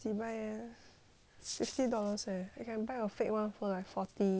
fifty dollars eh I can buy a fake [one] for like forty thirty